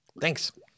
Thanks